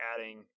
adding